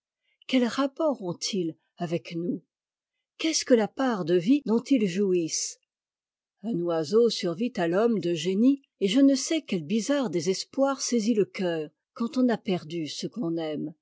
quels rapports ont-ils avec nous qu'est-ce que la part de vie dont ils jouissent un oiseau survit à l'homme de génie et je ne sais quel bizarre désespoir saisit le cœur quand on a perdu ce qu'on aime